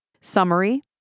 summary